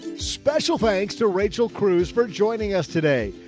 special. thanks to rachel cruze for joining us today.